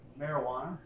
marijuana